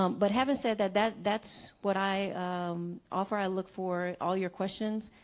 um but having said that that that's what i offer i look for all your questions.